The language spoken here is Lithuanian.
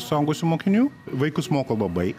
suaugusių mokinių vaikus moko labai